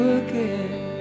again